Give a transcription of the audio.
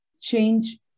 change